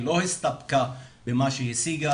היא לא הסתפקה במה שהיא השיגה,